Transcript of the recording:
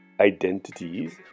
identities